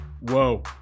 Whoa